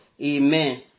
Amen